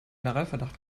generalverdacht